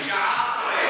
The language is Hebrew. שעה אחרי.